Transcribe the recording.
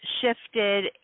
shifted